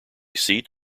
seat